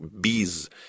bees